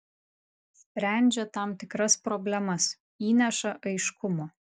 sprendžia tam tikras problemas įneša aiškumo